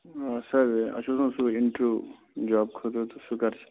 آ سَر اَسہِ اوس نا سُے اِنٹریو جاب خٲطرٕ تہٕ سُہ کَر چھُ